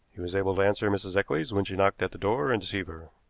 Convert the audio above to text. he was able to answer mrs. eccles when she knocked at the door and deceive her.